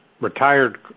retired